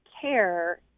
care